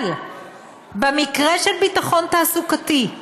אבל במקרה של ביטחון תעסוקתי,